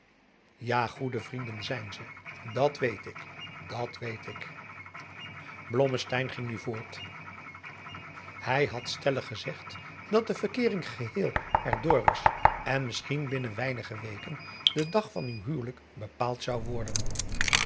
ja goede vrienden zijn ze dat weet ik dat weet ik blommesteyn ging nu voort hij had stellig gezegd dat de verkeering geheel er door was en misschien binnen weinige weken de dag van uw huwelijk bepaald zou worden